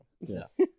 Yes